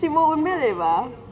shimo உண்மைலவா:unmeilevaa